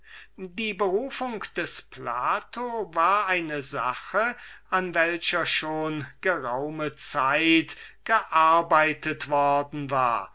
die berufung des plato war eine sache an welcher schon geraume zeit gearbeitet worden war